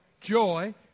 joy